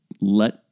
let